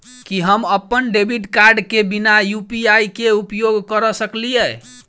की हम अप्पन debit card केँ बिना यु.पी.आई केँ उपयोग करऽ सकलिये?